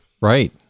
Right